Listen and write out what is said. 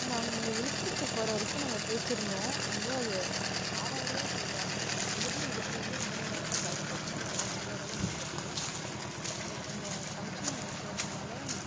நாங்கள் இங்கே விழுப்புரத்து போகிற வரைக்கும் நாங்கள் பேசிருந்தோம் வந்து அது ஆராயருபா சொல்கிறாங்க இங்கேருந்து விழுப்புரம் வந்து மூணு மணி நேரந்தான் பஸ்ஸில் போனால் இரநூத்தம்பதுருவால முடிஞ்சுருது இங்கே கொஞ்சம் ஃபங்க்ஷன் அங்கே போகிறதுனால